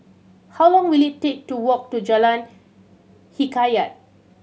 how long will it take to walk to Jalan Hikayat